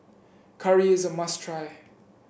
curry is a must try